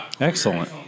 Excellent